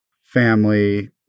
family